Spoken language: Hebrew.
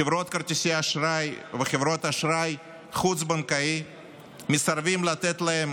חברות כרטיסי אשראי וחברות אשראי חוץ-בנקאי מסרבים לתת להם